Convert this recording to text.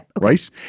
Right